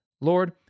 Lord